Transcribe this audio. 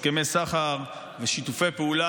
הסכמי סחר ושיתופי פעולה,